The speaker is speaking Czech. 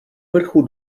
vrchu